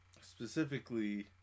Specifically